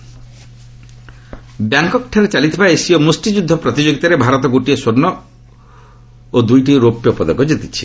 boxing ବ୍ୟାଙ୍କକ୍ଠାରେ ଚାଲିଥିବା ଏସୀୟ ମୁଷ୍ଟିଯୁଦ୍ଧ ପ୍ରତିଯୋଗିତାରେ ଭାରତ ଗୋଟିଏ ସ୍ୱର୍ଷ୍ଣ ଓ ଗୋଟିଏ ରୌପ୍ୟପଦକ ଜିତିଛି